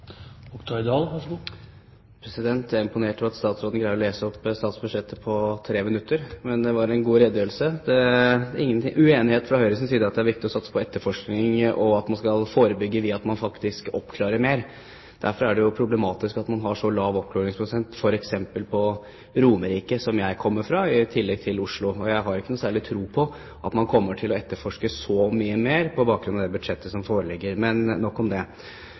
Jeg er imponert over at statsråden greier å lese opp statsbudsjettet på 3 minutter, men det var en god redegjørelse! Det er ingen uenighet fra Høyres side om at det er viktig å satse på etterforskning, og at man skal forebygge ved faktisk å oppklare mer. Derfor er det problematisk at man har så lav oppklaringsprosent f.eks. på Romerike, som jeg kommer fra, i tillegg til Oslo. Og jeg har ikke noen særlig tro på at man kommer til å etterforske så mye mer på bakgrunn av det budsjettet som foreligger – men nok om det.